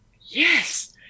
yes